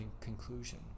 conclusion